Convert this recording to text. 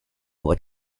what